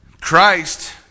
Christ